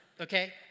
okay